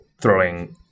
throwing